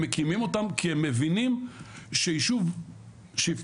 הם מקימים אותם כי הם מבינים שיישוב שהפקדנו